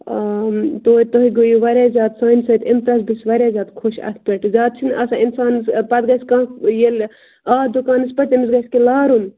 آ تۄتہِ تُہۍ گٔیِوٕ واریاہ زیادٕ سانہِ سۭتۍ اِمپرٛس بہٕ چھَس واریاہ زیادٕ خۄش اَتھ پٮ۪ٹھ زیادٕ چھِنہٕ آسان اِنسانَس پَتہٕ گژھِ کانٛہہ ییٚلہِ آو دُکانَس پٮ۪ٹھ تٔمِس گژھِ کیٚنٛہہ لارُن